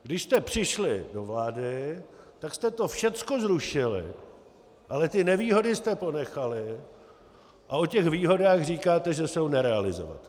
Když jste přišli do vlády, tak jste to všechno zrušili, ale ty nevýhody jste ponechali a o těch výhodách říkáte, že jsou nerealizovatelné.